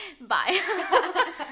bye